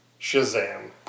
Shazam